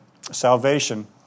salvation